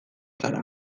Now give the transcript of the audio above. zara